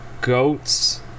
goats